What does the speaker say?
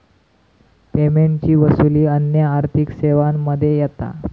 पेमेंटची वसूली अन्य आर्थिक सेवांमध्ये येता